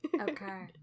Okay